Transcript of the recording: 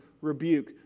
rebuke